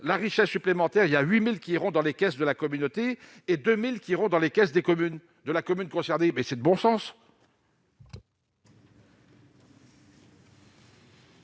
la richesse supplémentaire, il y a 8000 qui iront dans les caisses de la communauté et 2000 qui rentre dans les caisses des communes de la commune concernée mais c'est de bon sens.